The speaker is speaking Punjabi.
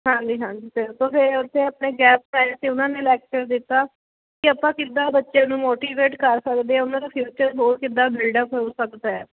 ਹਾਂਜੀ ਹਾਂਜੀ ਬਿਲਕੁਲ ਜੇ ਉੱਥੇ ਆਪਣੇ ਗੈਸਟ ਆਏ ਸੀ ਉਹਨਾਂ ਨੇ ਲੈਕਚਰ ਦਿੱਤਾ ਕਿ ਆਪਾਂ ਕਿੱਦਾਂ ਬੱਚੇ ਨੂੰ ਮੋਟੀਵੇਟ ਕਰ ਸਕਦੇ ਉਹਨਾਂ ਦਾ ਫਿਊਚਰ ਹੋਰ ਕਿੱਦਾਂ ਬਿਲਡਅਪ ਹੋ ਸਕਦਾ